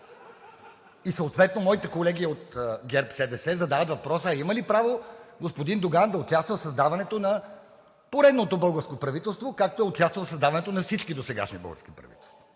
И съответно моите колеги от ГЕРБ-СДС задават въпроса: а има ли право господин Доган да участва в създаването на поредното българско правителство, както е участвал в създаването на всички досегашни български правителства?